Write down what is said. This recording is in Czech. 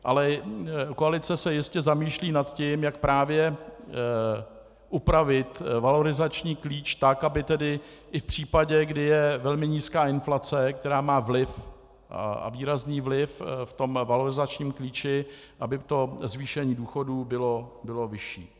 Ale koalice se ještě zamýšlí nad tím, jak právě upravit valorizační klíč tak, aby i v případě, kdy je velmi nízká inflace, která má výrazný vliv v tom valorizačním klíči, to zvýšení důchodů bylo vyšší.